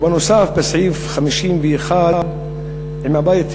ובנוסף בסעיף 51 עם הבית היהודי,